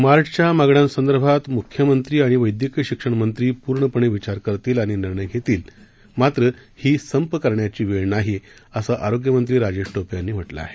मार्डच्या मागण्यांसंदर्भात म्ख्यमंत्री आणि वैद्यकीय शिक्षण मंत्री प्र्णपणे विचार करतील आणि निर्णय घेतील मात्र ही संप करण्याचा वेळ नाही असं आरोग्य मंत्री राजेश टोपे यांनी म्हटलं आहे